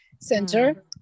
center